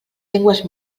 llengües